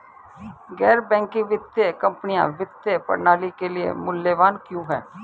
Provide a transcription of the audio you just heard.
गैर बैंकिंग वित्तीय कंपनियाँ वित्तीय प्रणाली के लिए मूल्यवान क्यों हैं?